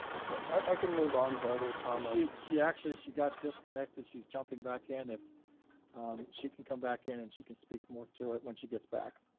i can move on to other comments. she actually, she got disconnected, she's jumping back in. she can come back in and she can speak more to it when she gets back.